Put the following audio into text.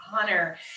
honor